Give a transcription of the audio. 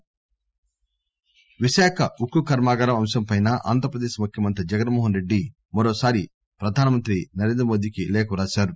జగస్ విశాఖ ఉక్కు కర్మాగారం అంశంపై ఆంధ్రప్రదేశ్ ముఖ్యమంత్రి జగన్ మోహన్రెడ్డి మరోసారి ప్రధాన మంత్రి నరేంద్రమోదీకి లేఖ రాశారు